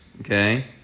Okay